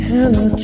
Hello